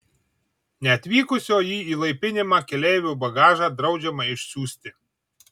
neatvykusio į įlaipinimą keleivio bagažą draudžiama išsiųsti